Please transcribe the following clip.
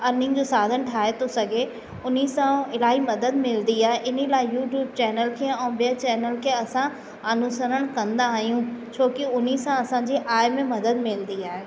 earning जो साधन ठाहे थो सघे हुन सां इलाही मदद मिलंदी आहे हिन लाइ यूट्यूब चैनल खे ऐं ॿियो चैनल खे असां अनुसरण कंदा आहियूं छोकि हुन सां असांजी आय में मदद मिलंदी आहे